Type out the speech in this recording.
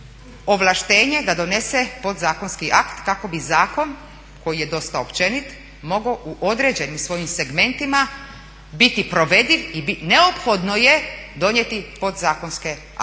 ovlaštenje da donese podzakonski akt kako bi zakon koji je dosta općenit mogao u određenim svojim segmentima biti provediv i neophodno je donijeti podzakonske akte.